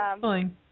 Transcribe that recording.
fine